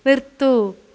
നിർത്തുക